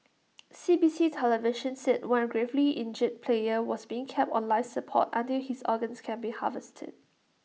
C B C television said one gravely injured player was being kept on life support until his organs can be harvested